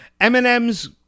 Eminem's